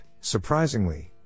Surprisingly